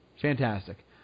Fantastic